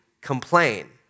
complain